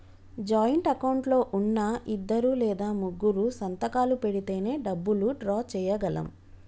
joint account లో ఉన్నా ఇద్దరు లేదా ముగ్గురూ సంతకాలు పెడితేనే డబ్బులు డ్రా చేయగలం